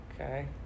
Okay